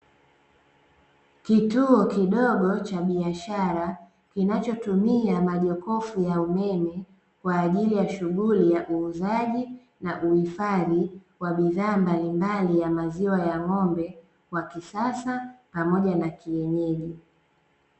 Kituo kidogo cha biashara kinachotumia majokofu ya umeme kwa ajili ya shughuli ya uuzaji na uhifadhi wa bidhaa mbalimbali ya maziwa ya ng'ombe wa kisasa pamoja na kienyeji.